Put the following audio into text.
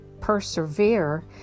persevere